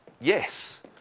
Yes